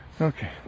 Okay